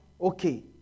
Okay